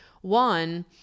One